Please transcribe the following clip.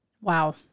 wow